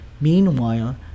Meanwhile